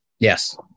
Yes